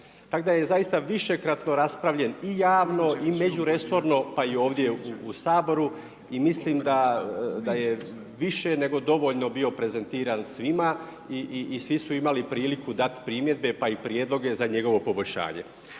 Tako da je zaista višekratno raspravljen u javno i međuresorno, pa i ovdje u Saboru, i mislim da je više nego dovoljno bio prezentiran svima i svi su imali priliku dati primjedbe pa i prijedloge za njegovo poboljšanje.